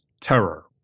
terror